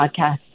podcast